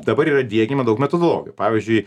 dabar yra diegiama daug metodologijų pavyzdžiui